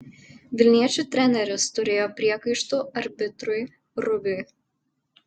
vilniečių treneris turėjo priekaištų arbitrui rubiui